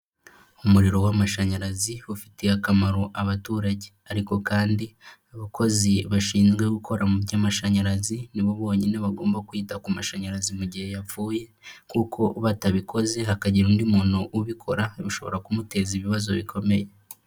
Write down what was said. Umuriro w'amashanyarazi ufitiye akamaro abaturage, ariko kandi abakozi bashinzwe gukora by'amashanyarazi nibo bonyine bagomba kwita ku mashanyarazi mu gihe yapfuye, kuko batabikoze hakagira undi muntu ubikora, bishobora kumuteza ibibazo bikomeye.